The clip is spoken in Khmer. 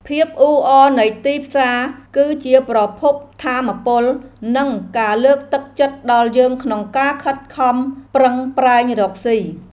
ភាពអ៊ូអរនៃទីផ្សារគឺជាប្រភពថាមពលនិងការលើកទឹកចិត្តដល់យើងក្នុងការខិតខំប្រឹងប្រែងរកស៊ី។